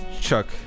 Chuck